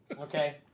Okay